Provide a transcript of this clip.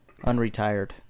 unretired